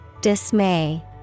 Dismay